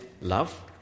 love